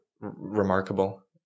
remarkable